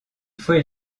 fois